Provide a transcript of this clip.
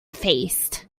faced